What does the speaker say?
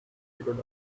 figured